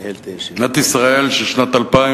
מדינת ישראל של שנת 2010